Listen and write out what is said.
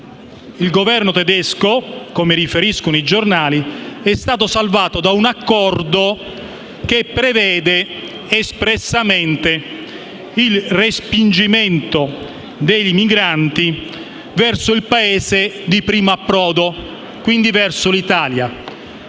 il Governo tedesco, come riferiscono i giornali, è stato salvato da un accordo che prevede espressamente il respingimento dei migranti verso il Paese di primo approdo, quindi verso l'Italia.